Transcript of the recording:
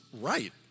right